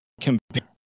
compare